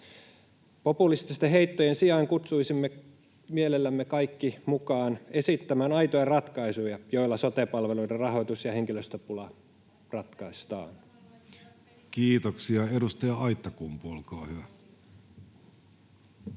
Populististen heittojen sijaan kutsuisimme mielellämme kaikki mukaan esittämään aitoja ratkaisuja, joilla sote-palveluiden rahoitus ja henkilöstöpula ratkaistaan. Kiitoksia. — Edustaja Aittakumpu, olkaa hyvä.